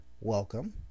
welcome